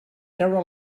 treure